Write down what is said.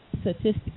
statistics